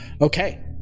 Okay